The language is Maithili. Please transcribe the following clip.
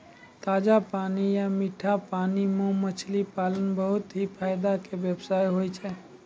ताजा पानी या मीठा पानी मॅ मछली पालन बहुत हीं फायदा के व्यवसाय होय छै